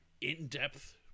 in-depth